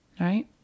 right